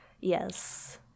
Yes